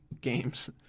games